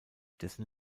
dessen